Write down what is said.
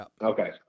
Okay